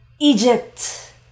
Egypt